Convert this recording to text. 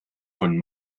von